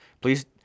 please